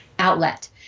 outlet